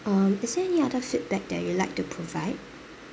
uh is there any other feedback that you like to provide